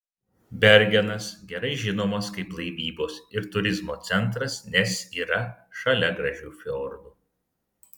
bergenas gerai žinomas kaip laivybos ir turizmo centras nes yra šalia gražių fjordų